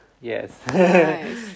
Yes